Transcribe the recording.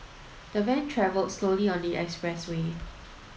the van travelled slowly on the expressway